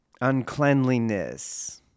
uncleanliness